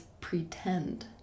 pretend